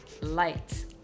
light